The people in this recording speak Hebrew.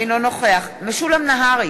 אינו נוכח משולם נהרי,